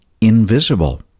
invisible